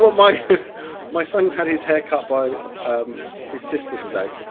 but my my son had his hair cut by his sister's today.